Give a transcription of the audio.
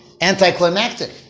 anticlimactic